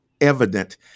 evident